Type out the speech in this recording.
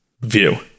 view